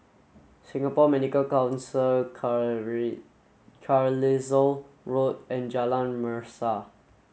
Singapore Medical Council Carlisle Road and Jalan Mesra